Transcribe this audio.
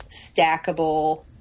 stackable